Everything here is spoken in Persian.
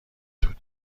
دود